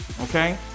Okay